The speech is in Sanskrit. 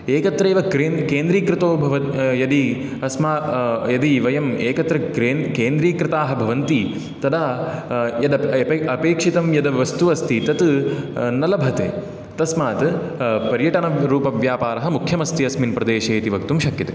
एकत्रैव क्रेन् केन्द्रीकृतो भव यदि अस्मा यदि वयम् एकत्र क्रेन् केन्द्रीकृताः भवन्ति तदा यद् अपेक्षितम यद् वस्तु अस्ति तत् न लभते तस्मात् पर्यटनरूपव्यापारः मुख्यमस्ति अस्मिन् प्रदेशे इति वक्तुं शक्यते